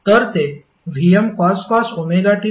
तर ते Vmcos ωt∅ आहे